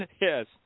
Yes